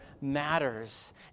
matters